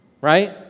right